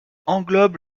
englobe